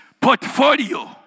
portfolio